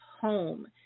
Home